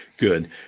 Good